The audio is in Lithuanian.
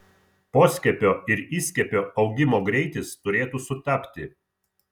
poskiepio ir įskiepio augimo greitis turėtų sutapti